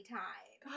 time